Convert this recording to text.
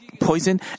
poison